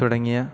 തുടങ്ങിയ